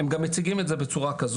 הם גם מציגים את זה בצורה כזאת.